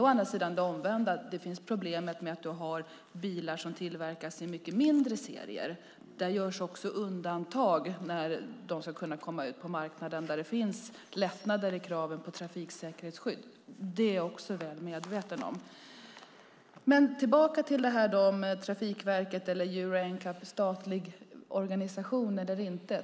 Å andra sidan finns det omvända: problemet med bilar som tillverkas i mycket mindre serier. Också då görs det undantag när bilarna ska ut på marknaden. Att det finns lättnader i kraven på trafiksäkerhetsskydd är jag väl medveten om. Tillbaka till detta med Trafikverket och Euro NCAP och om det är en statlig organisation eller inte.